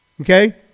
Okay